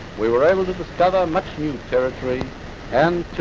we were able to discover much new territory and to